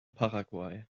paraguay